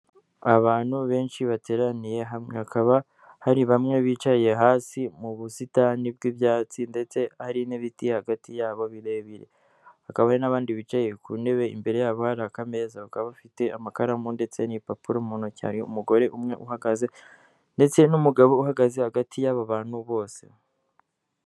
Abantu benshi bateraniye hamwe hakaba hari bamwe bicaye hasi mu busitani bw'ibyatsi ndetse ari n'ibiti hagati yabo birebire, hakaba n'abandi bicaye ku ntebe imbere yabo hari akameza, bakaba bafite amakaramu ndetse n'igipapuro mu ntoki, hari umugore umwe uhagaze ndetse n'umugabo uhagaze hagati y'abo bantu bose.